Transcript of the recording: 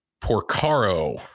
Porcaro